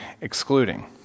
excluding